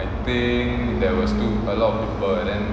I think there was too a lot of people then